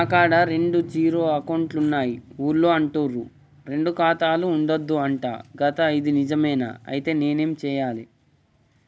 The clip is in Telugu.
నా కాడా రెండు జీరో అకౌంట్లున్నాయి ఊళ్ళో అంటుర్రు రెండు ఖాతాలు ఉండద్దు అంట గదా ఇది నిజమేనా? ఐతే నేనేం చేయాలే?